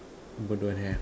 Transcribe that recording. d~ don't have